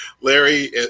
Larry